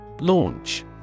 Launch